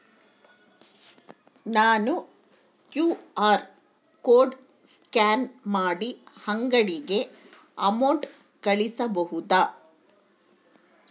ನಾನು QR code scan ಮಾಡಿ ಅಂಗಡಿಗೆ ಅಮೌಂಟ್ ಕಳಿಸಬಹುದಾ?